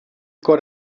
got